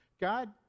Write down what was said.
God